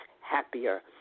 happier